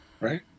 Right